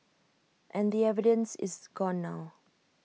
and the evidence is gone now